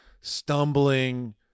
stumbling –